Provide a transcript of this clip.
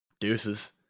Deuces